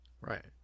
Right